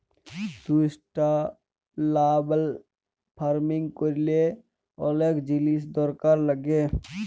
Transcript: sustainable farming ক্যরলে অলেক জিলিস দরকার লাগ্যে